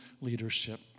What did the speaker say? leadership